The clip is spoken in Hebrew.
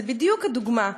זו בדיוק הדוגמה,